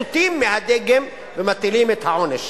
סוטים מהדגם ומטילים את העונש.